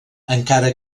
encara